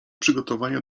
przygotowania